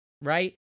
right